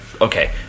okay